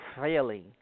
failing